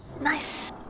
Nice